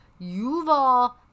Yuval